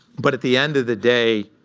but at the end of the day,